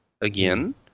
again